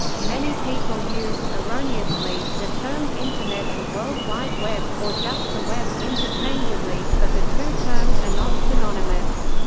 many people use, erroneously, the terms internet and world wide web, or just the web, interchangeably, but the two terms are not synonymous.